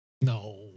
No